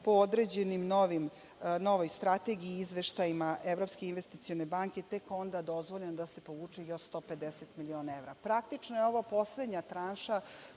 po određenoj novoj strategiji i izveštajima Evropske investicione banke tek onda dozvoljeno da se povuče još 150 miliona evra. Praktično je ovo poslednja tranša